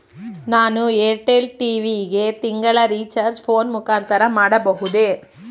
ನಾನು ಏರ್ಟೆಲ್ ಟಿ.ವಿ ಗೆ ತಿಂಗಳ ರಿಚಾರ್ಜ್ ಫೋನ್ ಮುಖಾಂತರ ಮಾಡಬಹುದೇ?